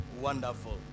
Wonderful